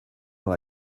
dans